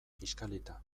kiskalita